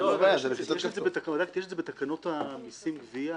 יש את זה בתקנות המסים (גבייה),